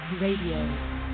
Radio